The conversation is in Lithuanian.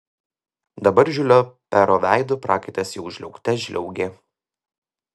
dabar žiulio pero veidu prakaitas jau žliaugte žliaugė